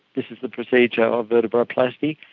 this is the procedure of vertebroplasty.